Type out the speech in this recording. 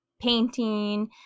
painting